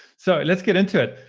so let's get into it.